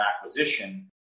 acquisition